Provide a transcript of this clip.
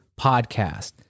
podcast